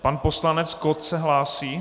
Pan poslanec Kott se hlásí?